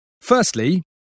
Firstly